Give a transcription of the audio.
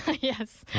Yes